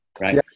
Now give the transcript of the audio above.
right